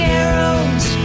arrows